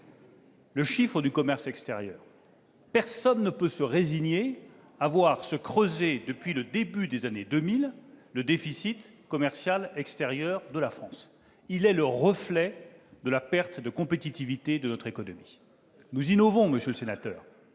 De manière plus large, personne ne peut se résigner à voir se creuser, depuis le début des années 2000, le déficit commercial extérieur de la France. Ce dernier est le reflet de la perte de compétitivité de notre économie. Certes, nous innovons, monsieur le sénateur,